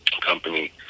company